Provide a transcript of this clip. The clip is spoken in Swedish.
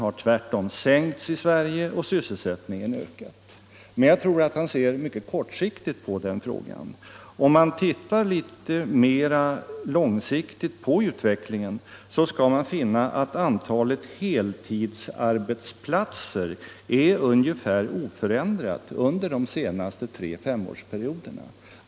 Om man tittar litet mer långsiktigt på utvecklingen, skall man finna att antalet heltidsarbetsplatser varit ungefär oförändrat under de tre senaste femårsperioderna.